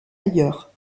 ailleurs